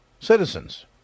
citizens